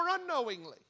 unknowingly